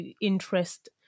interest